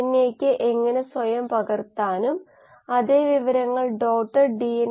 metabolic flux വിശകലനത്തിനായി നമ്മൾ കുറച്ച് സമയം ചെലവഴിക്കും